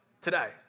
today